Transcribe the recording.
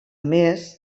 més